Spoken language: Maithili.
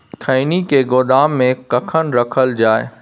खैनी के गोदाम में कखन रखल जाय?